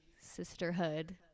sisterhood